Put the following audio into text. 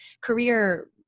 career